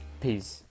Peace